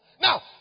Now